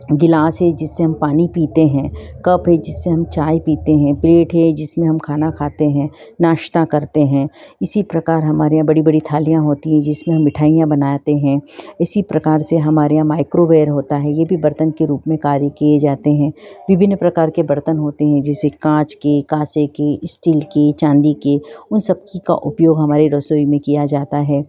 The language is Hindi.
गिलास है जिससे हम पानी पीते हैं कप है जिससे हम चाय पीते हैं प्लेट है जिसमें हम खाना खाते हैं नाश्ता करते हैं इसी प्रकार हमारे यहाँ बड़ी बड़ी थालियाँ होती हैं जिसमें हम मिठाइयाँ बनाते हैं इसी प्रकार से हमारे यहाँ माइक्रोवेव होता है यह भी बर्तन के रूप में कार्य किए जाते हैं विभिन्न प्रकार के बर्तन होते हैं जैसे काँच के कासे के स्टील के चाँदी के उन सबकी का उपयोग हमारे रसोई में किया जाता है